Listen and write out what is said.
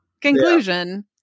conclusion